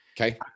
Okay